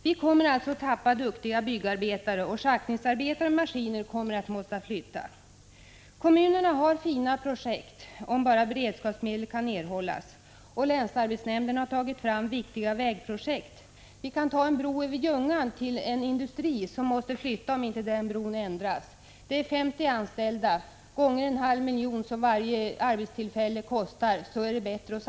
Vi kommer alltså att förlora duktiga byggarbetare, och schaktningsarbetare och maskiner måste flyttas. Kommunerna har fina projekt, om bara beredskapsmedel kan erhållas, och länsarbetsnämnden har tagit fram viktiga vägprojekt. En bro över Ljungan måste t.ex. byggas om, för att en industri med 50 anställda inte skall behöva flytta. 50 gånger 1/2 miljon, som varje arbetstillfälle kostar, är 25 milj.kr.